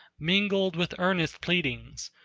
mingled with earnest pleadings,